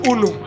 Uno